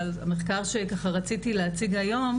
אבל המחקר שרציתי להציג היום,